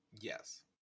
Yes